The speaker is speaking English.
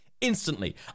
instantly